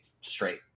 straight